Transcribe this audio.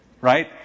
Right